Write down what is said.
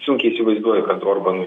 sunkiai įsivaizduoju kad orbanui